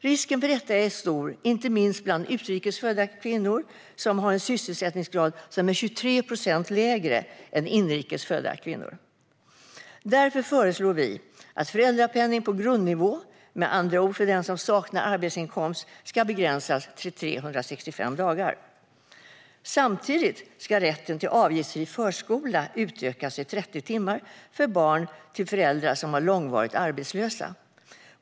Risken för detta är stor inte minst bland utrikes födda kvinnor, som har en sysselsättningsgrad som är 23 procent lägre än för inrikes födda kvinnor. Därför föreslår vi att föräldrapenning på grundnivå, med andra ord för den som saknar arbetsinkomst, ska begränsas till 365 dagar. Samtidigt ska rätten till avgiftsfri förskola utökas till 30 timmar för barn till föräldrar som är långvarigt arbetslösa.